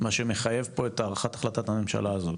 מה שמחייב פה את הארכת החלטת הממשלה הזאת.